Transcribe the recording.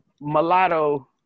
Mulatto